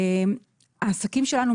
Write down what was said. העסקים שלנו,